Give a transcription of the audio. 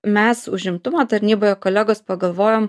mes užimtumo tarnyboje kolegos pagalvojom